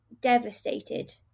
devastated